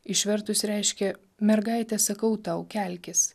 išvertus reiškia mergaite sakau tau kelkis